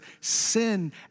sin